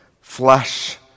flesh